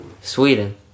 Sweden